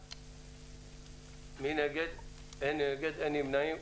הצבעה בעד, 5 נגד, אין נמנעים,